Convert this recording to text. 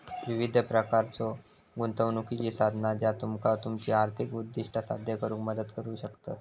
विविध प्रकारच्यो गुंतवणुकीची साधना ज्या तुमका तुमची आर्थिक उद्दिष्टा साध्य करुक मदत करू शकतत